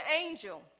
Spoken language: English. angel